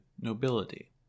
nobility